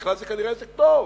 בכלל כנראה זה טוב,